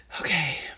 Okay